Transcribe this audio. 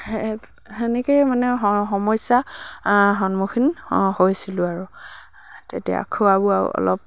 সেনেকেই মানে সমস্যাৰ সন্মুখীন হৈছিলোঁ আৰু তেতিয়া খোৱা বোৱা অলপ